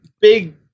big